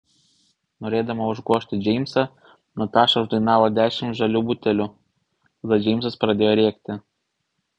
norėdama užgožti džeimsą nataša uždainavo dešimt žalių butelių tada džeimsas pradėjo rėkti